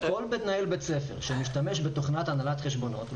כל מנהל בית ספר שמשתמש בתוכנת הנהלת חשבונות,